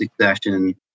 succession